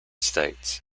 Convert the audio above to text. states